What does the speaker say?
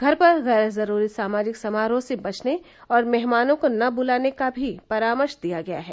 घर पर गैर जरूरी सामाजिक समारोह से बचने और मेहमानों को न बुलाने का भी परामर्श दिया गया है